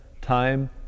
time